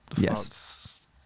yes